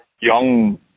young